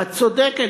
ואת צודקת.